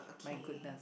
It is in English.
my goodness